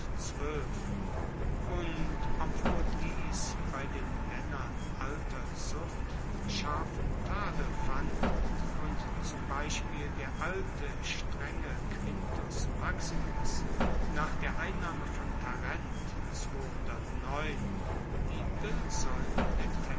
und obwohl dies bei den maennern alter zucht scharfen tadel fand und zum beispiel der alte strenge quintus maximus nach der einnahme von tarent die